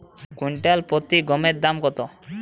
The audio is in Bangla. কুইন্টাল প্রতি গমের দাম কত?